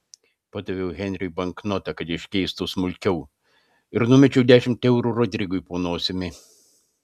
padaviau henriui banknotą kad iškeistų smulkiau ir numečiau dešimt eurų rodrigui po nosimi